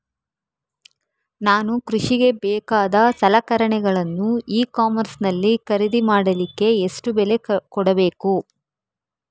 ನಾನು ಕೃಷಿಗೆ ಬೇಕಾದ ಸಲಕರಣೆಗಳನ್ನು ಇ ಕಾಮರ್ಸ್ ನಲ್ಲಿ ಖರೀದಿ ಮಾಡಲಿಕ್ಕೆ ಎಷ್ಟು ಬೆಲೆ ಕೊಡಬೇಕು?